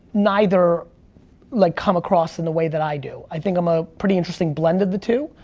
neither like come across in the way that i do. i think i'm a pretty interesting blend of the two.